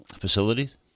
facilities